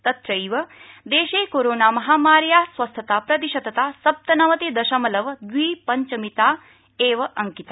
तत्रैव देशे कोरोना महामार्या स्वस्थताप्रतिशतता सप्तनवति दशमलव द्वि पञ्चमिता अिङ्कता